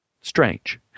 Strange